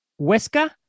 Huesca